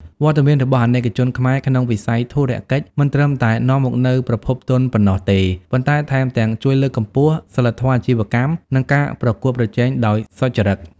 វត្តមានរបស់អាណិកជនខ្មែរក្នុងវិស័យធុរកិច្ច មិនត្រឹមតែនាំមកនូវប្រភពទុនប៉ុណ្ណោះទេ ប៉ុន្តែថែមទាំងជួយលើកកម្ពស់ សីលធម៌អាជីវកម្ម និងការប្រកួតប្រជែងដោយសុច្ចរិត។